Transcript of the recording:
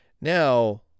Now